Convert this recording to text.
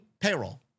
payroll